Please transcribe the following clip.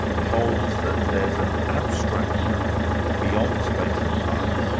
holds that there's an abstract realm, beyond space and time,